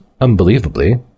unbelievably